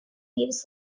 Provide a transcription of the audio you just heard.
leaves